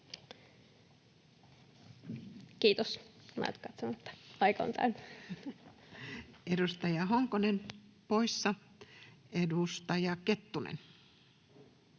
Kiitos, aika on täynnä. Edustaja Honkonen poissa. — Edustaja Kettunen.